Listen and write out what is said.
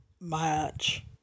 match